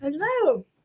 Hello